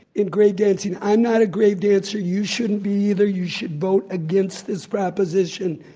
in grave-dancing, i'm not a grave-dancer, you shouldn't be either, you should vote against this proposition.